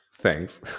thanks